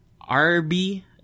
Arby